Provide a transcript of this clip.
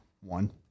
One